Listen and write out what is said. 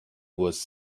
was